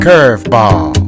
Curveball